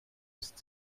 ist